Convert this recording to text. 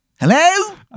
hello